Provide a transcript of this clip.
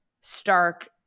stark